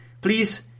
Please